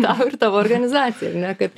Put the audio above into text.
tau ir tavo organizacijai ar ne kad